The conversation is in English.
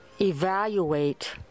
evaluate